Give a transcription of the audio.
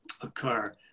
occur